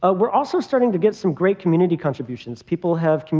ah we're also starting to get some great community contributions. people have